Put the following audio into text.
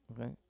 Okay